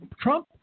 Trump